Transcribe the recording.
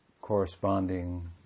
corresponding